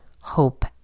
Hope